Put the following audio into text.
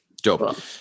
Dope